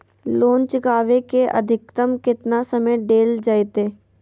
Loan चुकाबे के अधिकतम केतना समय डेल जयते?